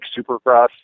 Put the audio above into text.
Supercross